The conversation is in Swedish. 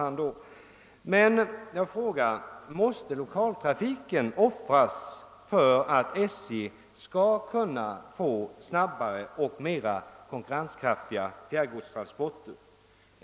Men jag ifrågasätter om lokaltrafiken måste offras för att SJ skall kunna få snabbare och mera konkurrenskraftiga fjärrgodstransporter.